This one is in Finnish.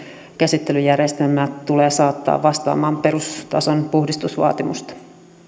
käsittelyjärjestelmä tulee saattaa vastaamaan perustason puhdistusvaatimusta